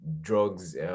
drugs